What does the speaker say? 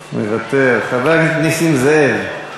מוותר, חבר הכנסת נסים זאב.